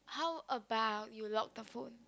how about you lock the phone